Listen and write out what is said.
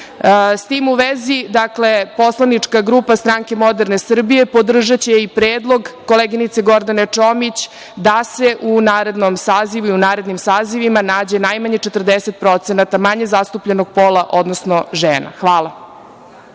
tim u vezi, poslanička grupa Stranke moderne Srbije podržaće i predlog koleginice Gordane Čomić da se u narednom sazivu i u narednim sazivima nađe najmanje 40% manje zastupljenog pola, odnosno žena. Hvala.